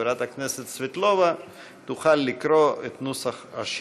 חברת הכנסת סבטלובה תוכל לקרוא את נוסח השאילתה.